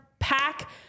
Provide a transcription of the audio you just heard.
pack